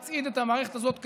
הוא הצעיד את המערכת הזאת קדימה.